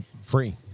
free